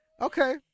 Okay